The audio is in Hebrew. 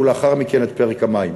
ולאחר מכן את פרק המים.